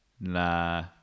Nah